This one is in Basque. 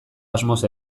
asmoz